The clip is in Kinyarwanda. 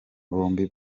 bombi